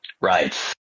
Right